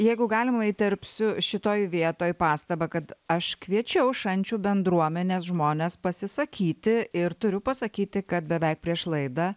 jeigu galima įterpsiu šitoj vietoj pastabą kad aš kviečiau šančių bendruomenės žmones pasisakyti ir turiu pasakyti kad beveik prieš laidą